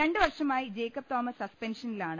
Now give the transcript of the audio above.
രണ്ട് വർഷമായി ജേക്കബ് തോമസ് സസ്പെൻഷനിലാണ്